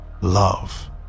love